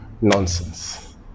nonsense